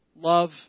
love